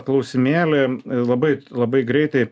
klausimėlį labai labai greitai